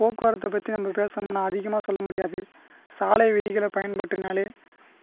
போக்குவரத்தை பற்றி நம்ம பேசணும்னால் அதிகமாக சொல்ல முடியாது சாலை விதிகளை பயன்பற்றினாலே